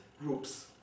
groups